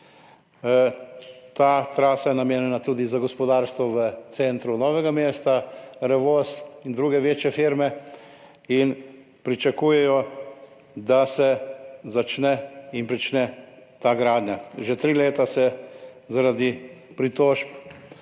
Ta trasa je namenjena tudi za gospodarstvo v centru Novega mesta, Revoz in druge večje firme, in pričakujejo, da se bo ta gradnja začela. Že tri leta se zaradi pritožb